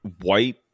white